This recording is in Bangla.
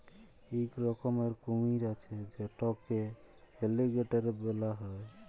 ইক রকমের কুমির আছে যেটকে এলিগ্যাটর ব্যলা হ্যয়